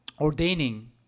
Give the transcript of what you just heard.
ordaining